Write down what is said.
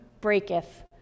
breaketh